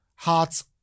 Hearts